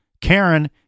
Karen